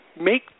make